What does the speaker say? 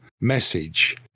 message